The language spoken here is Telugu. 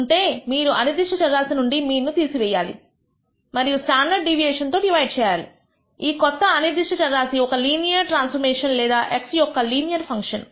ఉంటే మీరు అనిర్దిష్ట చరరాశి నుండి మీన్ ను తీసివేయాలి మరియు స్టాండర్డ్ డీవియేషన్ తో డివైడ్ చేయాలి ఈ కొత్త అనిర్దిష్ట చరరాశి ఒక లీనియర్ ట్రాన్స్ఫర్మేషన్ లేదా ఒక x యొక్కలీనియర్ ఫంక్షన్